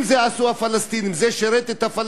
אם עשו את זה הפלסטינים, זה שירת את הפלסטינים?